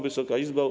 Wysoka Izbo!